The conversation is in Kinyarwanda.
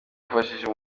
wifashishe